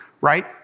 right